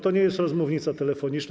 To nie jest rozmównica telefoniczna.